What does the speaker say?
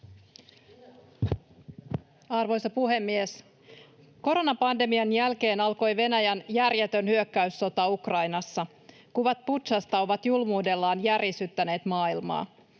Arvoisa puhemies! Koronapandemian jälkeen alkoi Venäjän järjetön hyökkäyssota Ukrainassa. Kuvat Butšasta ovat julmuudellaan järisyttäneet maailmaa.